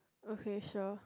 okay sure